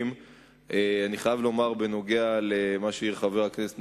אני חייב לומר בנוגע למה שהעיר חבר הכנסת,